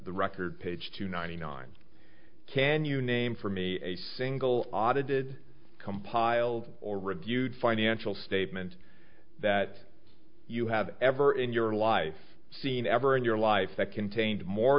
the record page two ninety nine can you name for me a single audited compiled or reviewed financial statement that you have ever in your life seen ever in your life that contained more